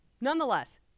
Nonetheless